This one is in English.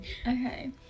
Okay